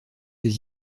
des